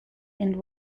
and